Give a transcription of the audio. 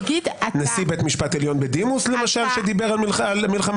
נשיא בית משפט עליון בדימוס למשל שדיבר על מלחמה